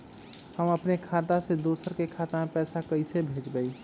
हम अपने खाता से दोसर के खाता में पैसा कइसे भेजबै?